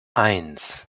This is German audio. eins